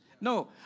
No